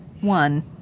one